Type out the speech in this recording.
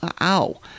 Ow